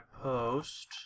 post